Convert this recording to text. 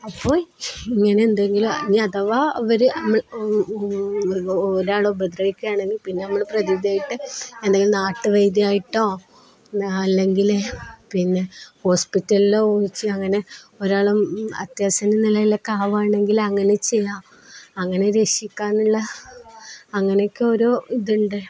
അപ്പോള് ഇങ്ങനെ എന്തെങ്കിലും ഇനി അഥവാ അവര് നമ്മളെ ഒരാളെ ഉപദ്രവിക്കുകയാണെങ്കില് പിന്നെ നമ്മള് പ്രതിവിധിയായിട്ട് എന്തെങ്കിലും നാട്ടുവൈദ്യമായിട്ടോ അല്ലെങ്കില് പിന്നെ ഹോസ്പിറ്റലിലോ വെച്ച് അങ്ങനെയൊരാള് അത്യാസന്ന നിലയിലൊക്കെ ആവുകയാണെങ്കില് അങ്ങനെ ചെയ്യാം അങ്ങനെ രക്ഷിക്കാനുള്ള അങ്ങനെയൊക്കെ ഓരോ ഇതുണ്ട്